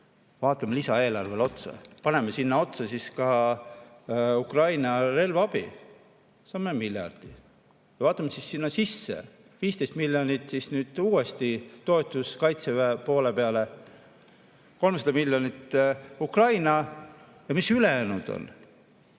Vaatame lisaeelarvele otsa, paneme sinna otsa ka Ukraina relvaabi, saame miljardi. Vaatame sinna sisse, 15 miljonit on nüüd uuesti toetust Kaitseväe poole peale, 300 miljonit on Ukrainale. Ja mis ülejäänud on?